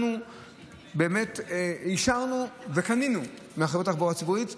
באמת אישרנו וקנינו מחברות התחבורה הציבורית,